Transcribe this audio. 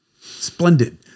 Splendid